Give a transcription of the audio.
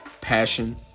passion